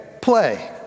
play